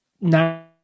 Now